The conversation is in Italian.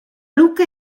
lucca